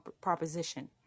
proposition